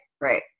Right